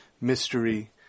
mystery